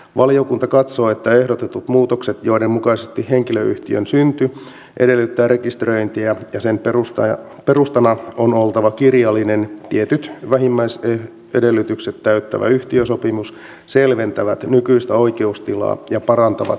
valiokunta katsoo että ehdotetut muutokset joiden mukaisesti henkilöyhtiön synty edellyttää rekisteröintiä ja sen perustana on oltava kirjallinen tietyt vähimmäisedellytykset täyttävä yhtiösopimus selventävät nykyistä oikeustilaa ja parantavat oikeusvarmuutta